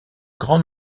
grand